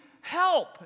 help